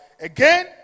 again